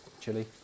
chili